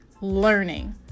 learning